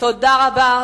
תודה רבה.